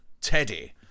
Teddy